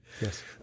Yes